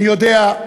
אני יודע,